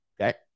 Okay